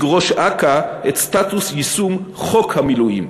ראש אכ"א את סטטוס יישום חוק המילואים.